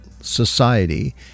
society